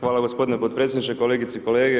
Hvala gospodine potpredsjedniče, kolegice i kolege.